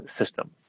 system